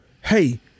hey